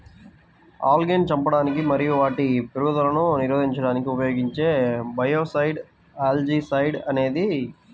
ఆల్గేను చంపడానికి మరియు వాటి పెరుగుదలను నిరోధించడానికి ఉపయోగించే బయోసైడ్ ఆల్జీసైడ్ అనేది